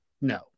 No